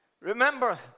Remember